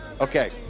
Okay